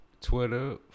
Twitter